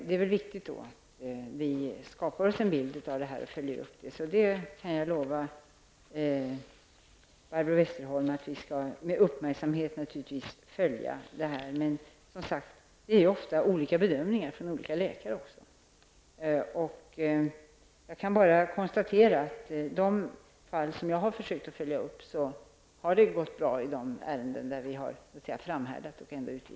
Det är viktigt att vi skapar oss en bild av förhållandena och att en uppföljning sker. Jag kan lova Barbro Westerholm att vi med uppmärksamhet, naturligtvis, kommer att göra en uppföljning. Men ofta handlar det, som sagt, om olika bedömningar från olika läkare. Jag kan bara konstatera att det i de fall som jag har försökt att följa upp har gått bra, trots att vi har så att säga framhärdat och utvisat människor.